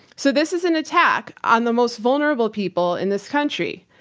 so this is an attack on the most vulnerable people in this country.